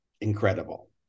incredible